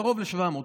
קרוב ל-700,